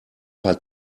paar